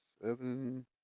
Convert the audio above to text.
seven